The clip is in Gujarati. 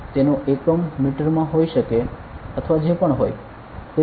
તેનો એકમ મીટરમાં હોઈ શકે અથવા જે પણ હોય